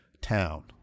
town